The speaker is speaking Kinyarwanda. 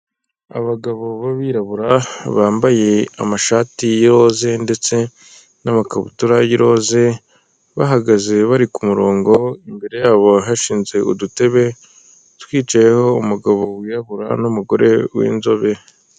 Abagabo b'abirabura, bambaye amashati y'iroze, ndetse n'amakabutura y'iroze, bahagaze bari ku murongo, imbere yabo hashinze udutebe, twicayeho umugabo wirabura, n'umugore w'inzobe.